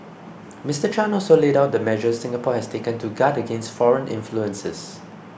Mister Chan also laid out the measures Singapore has taken to guard against foreign influences